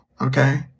Okay